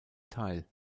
teil